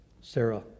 Sarah